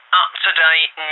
up-to-date